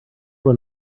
one